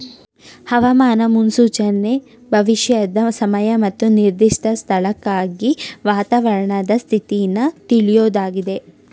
ಹವಾಮಾನ ಮುನ್ಸೂಚನೆ ಭವಿಷ್ಯದ ಸಮಯ ಮತ್ತು ನಿರ್ದಿಷ್ಟ ಸ್ಥಳಕ್ಕಾಗಿ ವಾತಾವರಣದ ಸ್ಥಿತಿನ ತಿಳ್ಯೋದಾಗಿದೆ